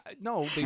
No